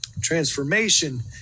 Transformation